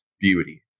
beauty